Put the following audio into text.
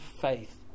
faith